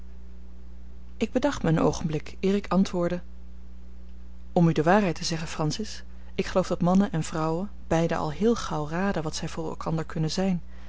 ik bedacht mij een oogenblik eer ik antwoordde om u de waarheid te zeggen francis ik geloof dat mannen en vrouwen beiden al heel gauw raden wat zij voor elkander kunnen zijn